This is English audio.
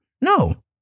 No